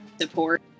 support